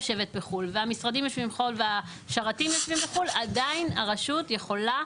המשרדים והשרתים יושבים בחו"ל עדיין הרשות יכולה.